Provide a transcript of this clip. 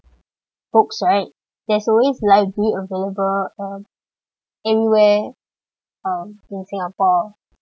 books right there's always library available um everywhere um in singapore